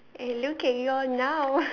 eh look at you all now